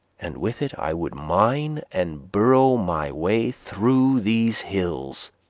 and with it i would mine and burrow my way through these hills.